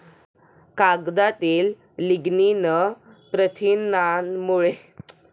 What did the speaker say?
कागदातील लिग्निन प्रथिनांमुळे, कागदावर हवेतील सूर्यप्रकाशाच्या परिणामाने कागद पिवळा पडतो